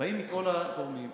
באים לכל הגורמים,